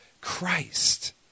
Christ